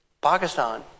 Pakistan